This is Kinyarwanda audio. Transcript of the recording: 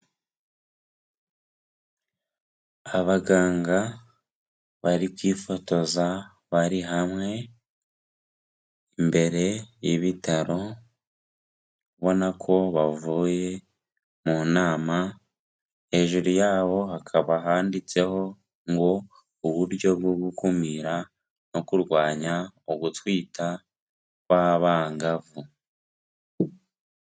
Abaganga bari kwifotoza bari hamwe imbere y'ibitaro, ubona ko bavuye mu nama, hejuru yabo hakaba handitseho ngo:" Uburyo bwo gukumira no kurwanya ugutwita kw'abangavu."